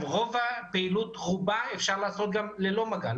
רוב הפעילות, אפשר לעשות גם ללא מגע.